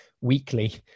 weekly